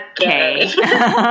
Okay